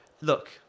Look